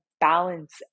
balance